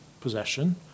possession